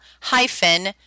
hyphen